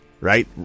Right